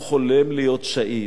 הוא חולם להיות שהיד,